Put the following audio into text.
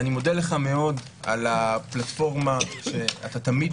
אני מודה לך מאוד על הפלטפורמה שאתה תמיד